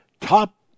top